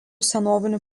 senovinių